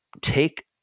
take